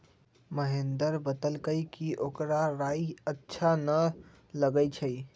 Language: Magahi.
महेंदर बतलकई कि ओकरा राइ अच्छा न लगई छई